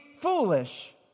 foolish